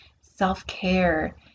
self-care